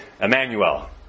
Emmanuel